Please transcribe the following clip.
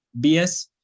BS